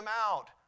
out